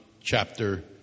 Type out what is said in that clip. chapter